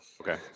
okay